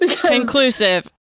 Conclusive